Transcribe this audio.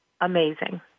amazing